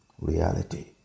reality